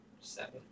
seven